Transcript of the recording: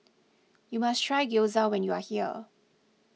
you must try Gyoza when you are here